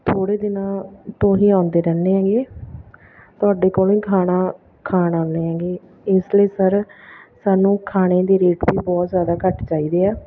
ਥੋੜ੍ਹੇ ਦਿਨਾਂ ਤੋਂ ਹੀ ਆਉਂਦੇ ਰਹਿੰਦੇ ਹੈਗੇ ਤੁਹਾਡੇ ਕੋਲੋਂ ਹੀ ਖਾਣਾ ਖਾਣ ਆਉਂਦੇ ਹੈਗੇ ਇਸ ਲਈ ਸਰ ਸਾਨੂੰ ਖਾਣੇ ਦੇ ਰੇਟ ਵੀ ਬਹੁਤ ਜ਼ਿਆਦਾ ਘੱਟ ਚਾਹੀਦੇ ਆ